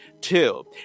Two